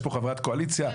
ויש פה חברת קואליציה,